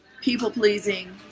people-pleasing